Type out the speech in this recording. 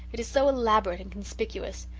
it is so elaborate and conspicuous.